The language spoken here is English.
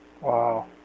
Wow